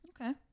Okay